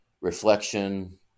reflection